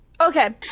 Okay